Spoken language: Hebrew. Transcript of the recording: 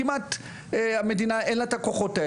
כמעט המדינה אין לה את הכוחות האלה.